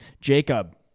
Jacob